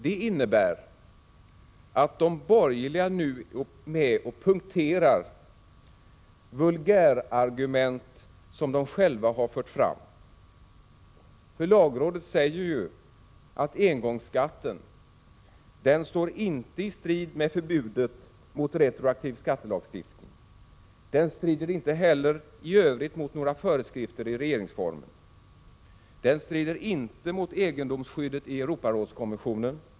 Det innebär att de borgerliga nu är med och punkterar vulgärargument som de själva har fört fram. Lagrådet säger att engångsskatten inte står i strid med förbudet mot retroaktiv skattelagstiftning. Den strider inte heller i övrigt mot några föreskrifter i regeringsformen. Den strider inte mot egendomsskyddet i Europarådets konvention.